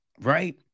right